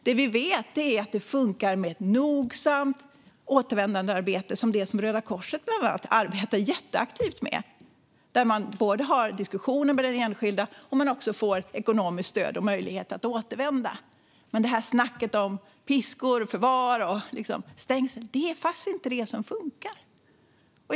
Det vi vet är att det funkar med ett nogsamt återvändandearbete, som det som bland annat Röda Korset arbetar jätteaktivt med. Man har diskussioner med den enskilde som också får ekonomiskt stöd och möjlighet att återvända. Det snackas om piskor, förvar och stängsel, men det är faktiskt inte det som funkar.